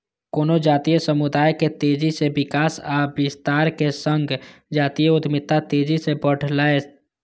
कोनो जातीय समुदाय के तेजी सं विकास आ विस्तारक संग जातीय उद्यमिता तेजी सं बढ़लैए